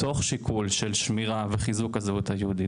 מתוך שיקול של שמירה וחיזוק הזהות היהודית